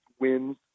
wins